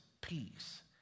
peace